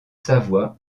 savoie